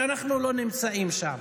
שאנחנו לא נמצאים שם.